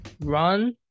run